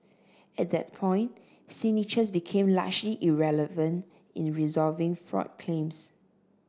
at that point signatures became largely irrelevant in resolving fraud claims